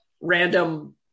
random